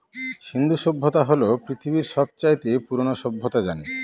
সিন্ধু সভ্যতা হল পৃথিবীর সব চাইতে পুরোনো সভ্যতা জানি